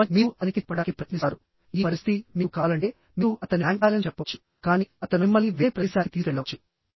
ఆపై మీరు అతనికి చెప్పడానికి ప్రయత్నిస్తారు ఈ పరిస్థితి మీకు కావాలంటే మీరు అతని బ్యాంక్ బ్యాలెన్స్ చెప్పవచ్చు కానీ అతను మిమ్మల్ని వేరే ప్రదేశానికి తీసుకెళ్లవచ్చు